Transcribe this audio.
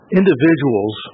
individuals